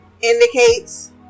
indicates